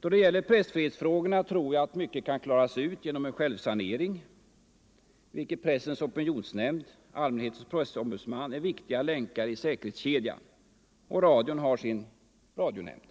Då det gäller pressfrihetsfrågorna tror jag att mycket kan klaras ut genom en självsanering, i vilken Pressens opinionsnämnd och Allmänhetens pressombudsman är viktiga länkar i säkerhetskedjan. Och radion har sin radionämnd.